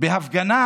בהפגנה